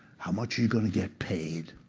how much are you going to get paid?